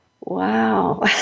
wow